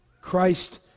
Christ